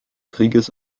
krieges